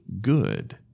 good